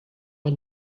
man